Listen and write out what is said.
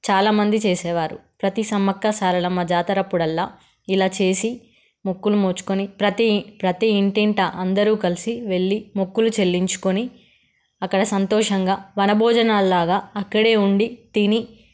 చాలామంది చేసేవారు ప్రతి సమ్మక్క సారలమ్మ జాతర అప్పుడు ఇలా చేసి మొక్కును మోచుకుని ప్రతి ప్రతి ఇంటింటా అందరూ కలిసి వెళ్ళి మొక్కులు చెల్లించుకొని అక్కడ సంతోషంగా వన భోజనాలు లాగా అక్కడే ఉండి తిని